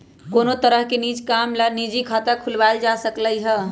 कोनो तरह के निज काम ला निजी खाता खुलवाएल जा सकलई ह